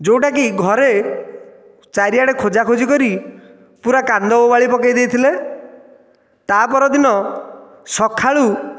ଯେଉଁଟାକି ଘରେ ଚାରିଆଡ଼େ ଖୋଜା ଖୋଜି କରି ପୁରା କାନ୍ଦ ବୋବାଳି ପକାଇଦେଇଥିଲେ ତା'ପର ଦିନ ସକାଳୁ